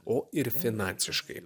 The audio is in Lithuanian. o ir finansiškai